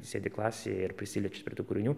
sėdi klasėje ir prisiliečia prie tų kūrinių